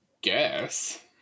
guess